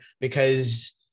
because-